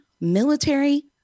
military